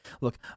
Look